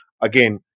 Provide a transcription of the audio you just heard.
Again